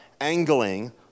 angling